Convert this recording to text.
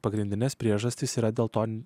pagrindines priežastis yra dėl to man